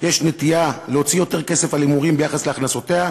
יש נטייה להוציא יותר כסף על הימורים ביחס להכנסותיה,